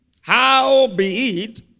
howbeit